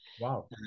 Wow